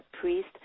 priest